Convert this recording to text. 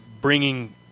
bringing